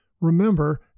Remember